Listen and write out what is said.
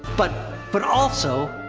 but but also,